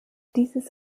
dieses